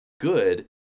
good